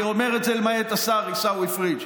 אני אומר את זה, למעט השר עיסאווי פריג'